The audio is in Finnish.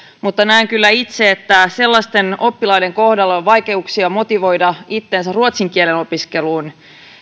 mutta näen kyllä itse että sellaisten oppilaiden kohdalla joilla on vaikeuksia motivoida itsensä ruotsin kielen opiskeluun